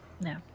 No